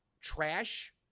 trash